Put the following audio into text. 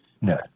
No